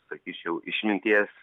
sakyčiau išminties